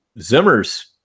Zimmer's